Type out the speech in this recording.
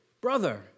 brother